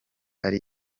yari